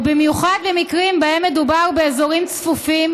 ובמיוחד במקרים שבהם מדובר באזורים צפופים